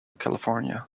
california